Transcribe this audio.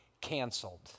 canceled